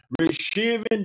receiving